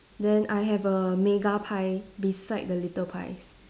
then I have a mega pie beside the little pies